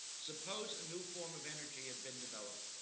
suppose a new form of energy had been developed,